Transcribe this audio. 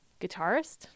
guitarist